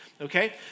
okay